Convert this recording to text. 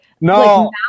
No